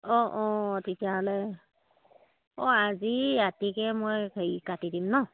অঁ অঁ তেতিয়াহ'লে অঁ আজি ৰাতিকৈ মই হেৰি কাটি দিম নহ্